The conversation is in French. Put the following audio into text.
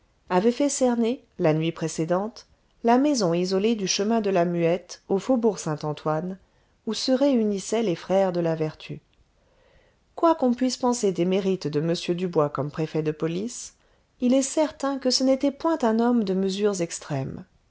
avait fait cerner la nuit précédente la maison isolée du chemin de la muette au faubourg saint-antoine où se réunissaient les frères de la vertu quoi qu'on puisse penser des mérites de m dubois comme préfet de police il est certain que ce n'était point un homme de mesures extrêmes